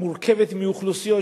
מורכבת מאוכלוסיות,